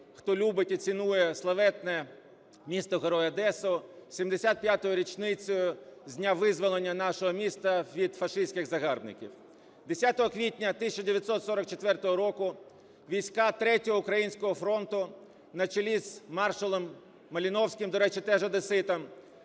хто любить і цінує славетне місто-герой Одесу, з 75-ю річницею з дня визволення нашого міста від фашистських загарбників. 10 квітня 1944 року війська 3-го Українського фронту на чолі з маршалом Малиновським (до речі, теж одеситом)